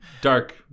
dark